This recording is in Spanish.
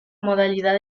modalidad